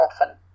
often